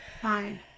fine